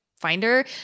Finder